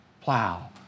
plow